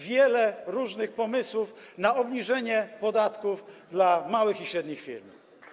Wiele różnych pomysłów na obniżenie podatków dla małych i średnich firm.